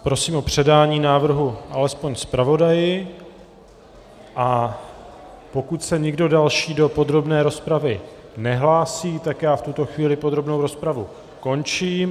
Prosím o předání návrhu alespoň zpravodaji, a pokud se nikdo další do podrobné rozpravy nehlásí, tak v tuto chvíli podrobnou rozpravu končím.